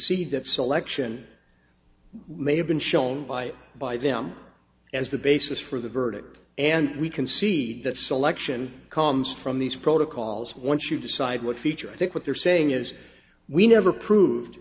de that selection may have been shown by by them as the basis for the verdict and we concede that selection comes from these protocols once you decide what feature i think what they're saying is we never proved